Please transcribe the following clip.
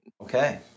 Okay